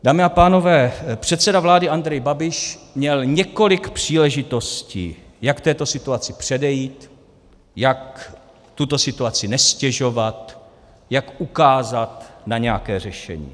Dámy a pánové, předseda vlády Andrej Babiš měl několik příležitostí, jak této situaci předejít, jak tuto situaci neztěžovat, jak ukázat na nějaké řešení.